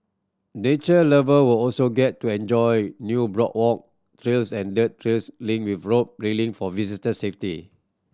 nature lover will also get to enjoy new boardwalk trails and dirt trails lined with rope railing for visitor safety